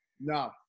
no